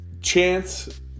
chance